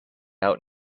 out